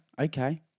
Okay